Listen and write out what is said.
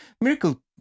Miracle